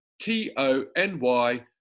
T-O-N-Y